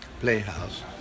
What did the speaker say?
Playhouse